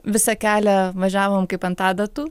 visą kelią važiavom kaip ant adatų